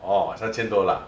orh 三千多 lah